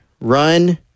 run